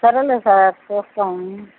సరేలే సార్ చూస్తాము